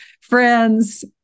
friends